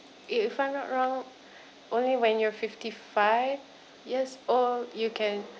if I'm not wrong only when you're fifty five yes or you can